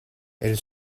elle